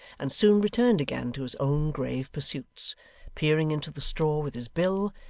and soon returned again to his own grave pursuits peering into the straw with his bill,